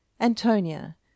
Antonia